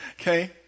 Okay